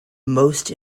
most